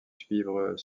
suivre